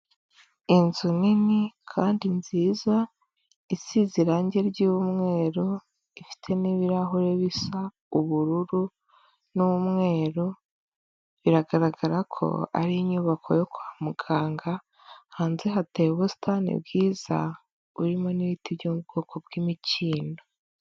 Inzu nini kandi nziza isize irangi ry'umweru ifite n'ibirahure bisa ubururu, n'umweru biragaragara ko ari inyubako yo kwa muganga, hanze hateye ubusitani bwiza buririmo n'ibiti byo mubwoko bw'imikindo.